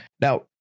Now